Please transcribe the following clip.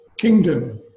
kingdom